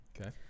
Okay